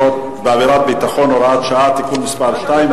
בעבירת ביטחון) (הוראת שעה) (תיקון מס' 2),